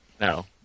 No